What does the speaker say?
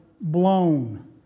blown